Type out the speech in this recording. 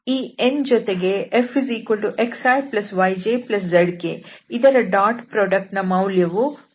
ಈ n ಜೊತೆಗೆ Fxiyjzk ಇದರ ಡಾಟ್ ಪ್ರೊಡಕ್ಟ್ ನ ಮೌಲ್ಯವು 13x2y2z2